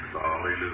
Hallelujah